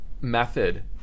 method